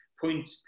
point